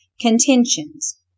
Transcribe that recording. contentions